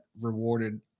rewarded